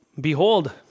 behold